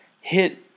hit